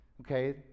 okay